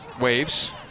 Waves